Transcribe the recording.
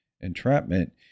entrapment